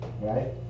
right